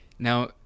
Now